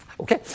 Okay